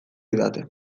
didate